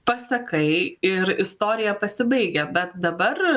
pasakai ir istorija pasibaigia bet dabar